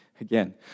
Again